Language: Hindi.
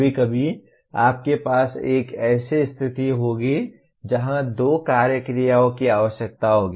कभी कभी आपके पास एक ऐसी स्थिति होगी जहां दो कार्य क्रियाओं की आवश्यकता होती है